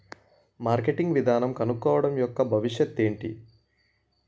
Marketing విధానం కనుక్కోవడం యెక్క భవిష్యత్ ఏంటి?